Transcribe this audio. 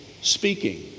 speaking